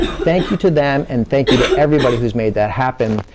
thank you to them, and thank you to everybody who's made that happen.